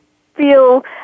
feel